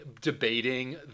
debating